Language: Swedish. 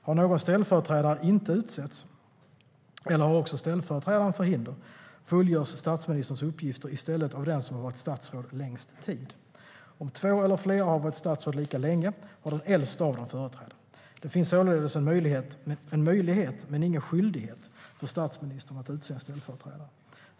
Har någon ställföreträdare inte utsetts eller har också ställföreträdaren förhinder fullgörs statsministerns uppgifter i stället av den som har varit statsråd längst tid. Om två eller flera har varit statsråd lika länge har den äldste av dem företräde. Det finns således en möjlighet men ingen skyldighet för statsministern att utse en ställföreträdare.